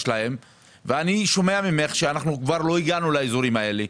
ואני שומע ממך שלא הגענו לאזורים האלה.